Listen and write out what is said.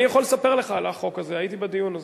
אני יכול לספר לך על החוק הזה, הייתי בדיון הזה.